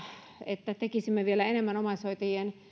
että tekisimme vielä enemmän omaishoitajien